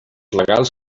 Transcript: legals